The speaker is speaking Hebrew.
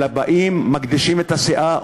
אלא באים ומגדישים את הסאה,